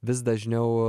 vis dažniau